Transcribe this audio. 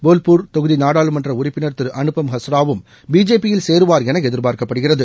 போல்பூர் தொகுதி நாடாளுமன்ற உறுப்பினர் திரு அனுப்பம் ஹஸ்ராவும் பிஜேபியில் சேருவார் என எதிர்பார்க்கப்படுகிறது